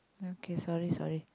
okay sorry sorry